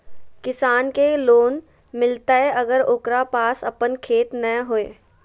किसान के लोन मिलताय अगर ओकरा पास अपन खेत नय है?